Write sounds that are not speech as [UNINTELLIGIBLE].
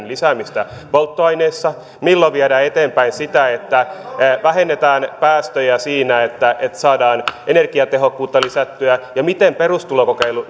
[UNINTELLIGIBLE] lisäämistä polttoaineissa milloin viedään eteenpäin sitä että vähennetään päästöjä siinä että että saadaan energiatehokkuutta lisättyä ja miten perustulokokeilu [UNINTELLIGIBLE]